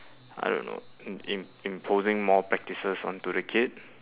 I don't know imp~ imp~ imposing more practices onto the kid